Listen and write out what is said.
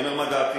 אני אומר מה דעתי.